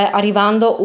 arrivando